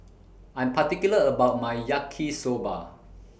I'm particular about My Yaki Soba